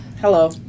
Hello